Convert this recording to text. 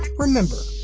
remember,